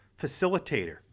facilitator